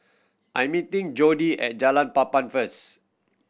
I'm meeting Jordy at Jalan Papan first